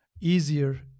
easier